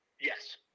Yes